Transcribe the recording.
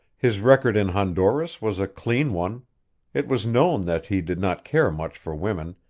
his record in honduras was a clean one it was known that he did not care much for women,